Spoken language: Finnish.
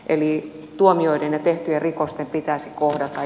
eli tuomioiden ja tehtyjen rikosten pitäisi kohdata